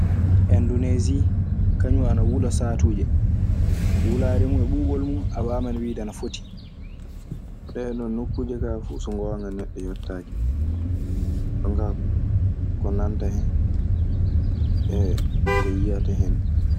Indonesi kaŋum ana wulla satuje, wulare mun e ɓubol mun awaman wide ana foti. Ɗee non nokkuuje kaa fu, so ngoonga neɗɗo yottaaki. Ɗun kaa, ko nanata hen e ko yiyata hen.